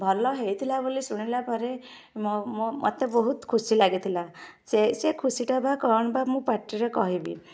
ଭଲ ହେଇଥିଲା ବୋଲି ଶୁଣିଲା ପରେ ମୋ ମୋ ମତେ ବହୁତ ଖୁସି ଲାଗିଥିଲା ସେ ସେ ଖୁସିଟା ବା କ'ଣଟା ମୁଁ ପାଟିରେ କହିବି